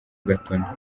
gatuna